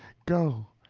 go,